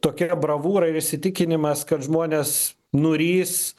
tokia bravūra ir įsitikinimas kad žmonės nuris